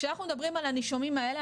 כשאנחנו מדברים על הנישומים האלה,